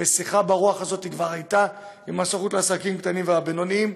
ושיחה ברוח הזאת כבר הייתה עם הסוכנות לעסקים קטנים ובינוניים.